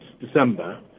December